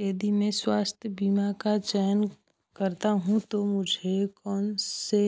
यदि मैं स्वास्थ्य बीमा का चयन करता हूँ तो मुझे कौन से